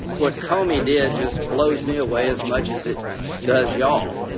what comey did just blows me away as much as it does y'all,